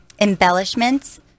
Embellishments